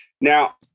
Now